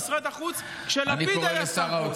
76 מינויים בשבוע למשרד החוץ כשלפיד היה שר החוץ.